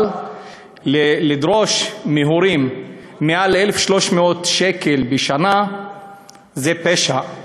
אבל לדרוש מהורים מעל 1,300 שקל בשנה זה פשע.